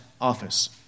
office